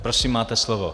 Prosím, máte slovo.